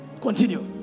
Continue